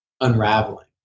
unraveling